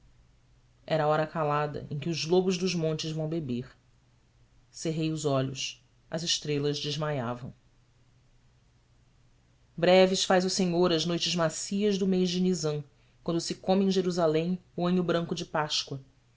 a hora calada em que os lobos dos montes vão beber cerrei os olhos as estrelas desmaiavam breves faz o senhor as noites macias do mês de nizam quando se come em jerusalém o anho branco de páscoa